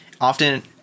Often